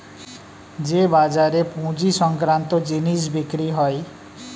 যে বাজারে পুঁজি সংক্রান্ত জিনিস বিক্রি হয়